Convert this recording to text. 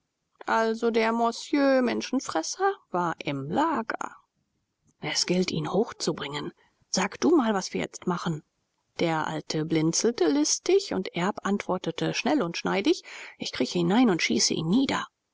also der mosjö menschenfresser war im lager es gilt ihn hochzubringen sag du mal was wir jetzt machen der alte blinzelte listig und erb antwortete schnell und schneidig ich krieche hinein und schieße ihn nieder